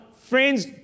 Friends